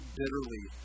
bitterly